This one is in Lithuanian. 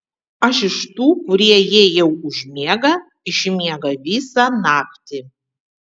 aš iš tų kurie jei jau užmiega išmiega visą naktį